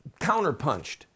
counterpunched